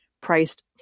priced